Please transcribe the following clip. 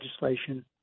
legislation